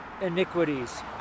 iniquities